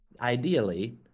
ideally